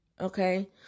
Okay